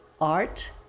art